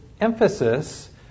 emphasis